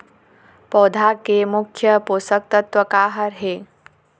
पौधा के मुख्य पोषकतत्व का हर हे?